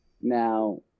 Now